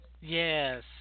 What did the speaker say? yes